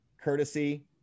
courtesy